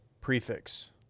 prefix